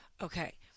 Okay